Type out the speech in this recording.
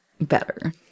better